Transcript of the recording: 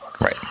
right